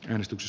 yhdistys